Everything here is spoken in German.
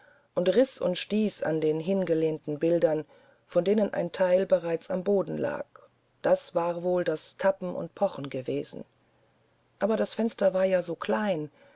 und riß und stieß an den hingelehnten bildern von denen ein teil bereits am boden lag das war wohl das tappen und pochen gewesen aber das fenster war ja so klein